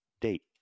date